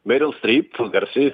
meryl stryp garsi